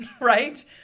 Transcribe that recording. right